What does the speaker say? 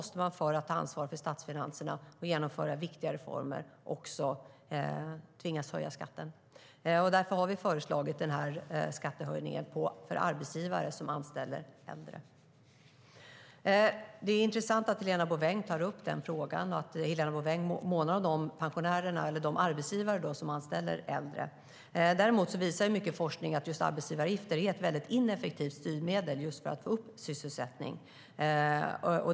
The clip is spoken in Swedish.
Ska vi ta ansvar för statsfinanserna och genomföra viktiga reformer tvingas vi höja skatten. Därför har vi föreslagit denna skattehöjning för arbetsgivare som anställer äldre. Det är intressant att Helena Bouveng tar upp frågan och att Helena Bouveng månar om de arbetsgivare som anställer äldre. Mycket forskning visar dock att just arbetsgivaravgifter är ett ineffektivt styrmedel för att få upp sysselsättningen.